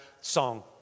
song